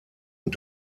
und